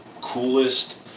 coolest